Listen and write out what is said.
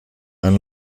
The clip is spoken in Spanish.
han